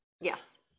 Yes